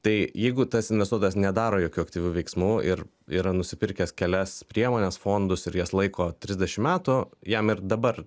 tai jeigu tas investuotojas nedaro jokių aktyvių veiksmų ir yra nusipirkęs kelias priemones fondus ir jas laiko trisdešim metų jam ir dabar